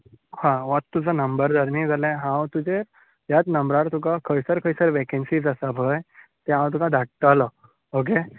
so होच तुजो number जाल्यार न्हय हांव तुजे ह्याच नंबरार तुका खंयसर खंयसर वॅकनसी आसात ते हांव तुकां धाडटलो ओके